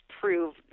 prove